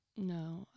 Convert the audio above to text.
No